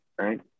right